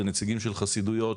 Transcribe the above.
זה נציגים של חסידויות,